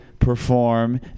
perform